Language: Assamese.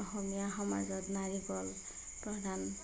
অসমীয়া সমাজত নাৰিকল প্ৰধান